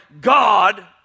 god